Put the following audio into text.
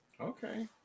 Okay